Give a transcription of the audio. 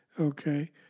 okay